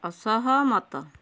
ଅସହମତ